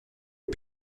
aux